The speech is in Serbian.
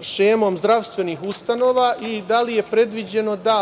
šemom zdravstvenih ustanova i da li je predviđeno da